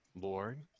Lord